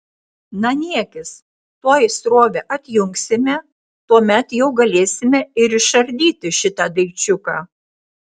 na niekis tuoj srovę atjungsime tuomet jau galėsime ir išardyti šitą daikčiuką